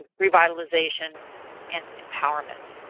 ah revitalization and empowerment.